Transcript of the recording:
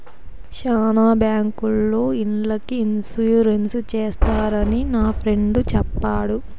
శ్యానా బ్యాంకుల్లో ఇండ్లకి ఇన్సూరెన్స్ చేస్తారని నా ఫ్రెండు చెప్పాడు